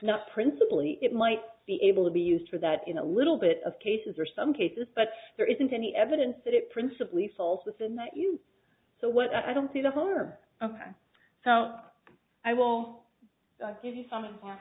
not principally it might be able to be used for that in a little bit of cases or some cases but there isn't any evidence that it principally falls within that you so what i don't see the harm ok so i will give you some i